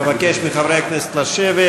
אבקש מחברי הכנסת לשבת.